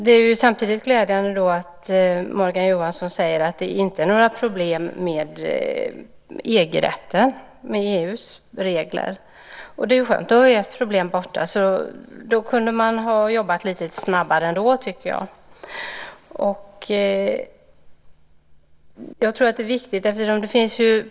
Det är samtidigt glädjande att Morgan Johansson säger att det inte är några problem med EG-rätten och EU:s regler. Det är ju skönt. Då är ett problem borta. Då kunde man ha jobbat ännu lite snabbare, tycker jag.